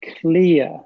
clear